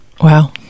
Wow